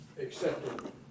accepted